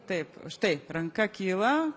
taip štai ranka kyla